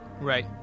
right